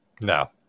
No